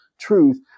truth